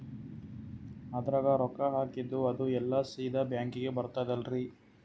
ಅದ್ರಗ ರೊಕ್ಕ ಹಾಕಿದ್ದು ಅದು ಎಲ್ಲಾ ಸೀದಾ ಬ್ಯಾಂಕಿಗಿ ಬರ್ತದಲ್ರಿ?